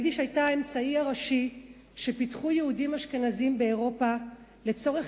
היידיש היתה האמצעי הראשי שפיתחו יהודים אשכנזים באירופה לצורך